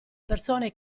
persone